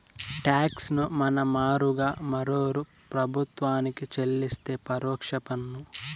talks ను మన మారుగా మరోరూ ప్రభుత్వానికి చెల్లిస్తే పరోక్ష పన్ను